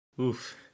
Oof